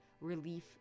relief